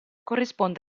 corrisponde